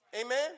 Amen